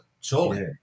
surely